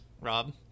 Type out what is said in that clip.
Rob